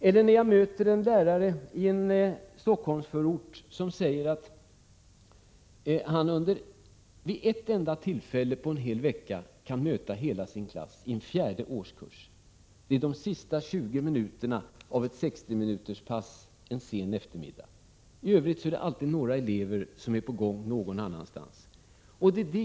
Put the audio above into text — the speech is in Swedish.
Jag har mött en lärare i en Stockholmsförort som säger att han vid ett enda tillfälle på en vecka kan möta hela sin klass, en fjärde årskurs, de sista 20 minuterna av ett 60-minuters pass en sen eftermiddag. I övrigt är alltid några elever på gång någon annanstans.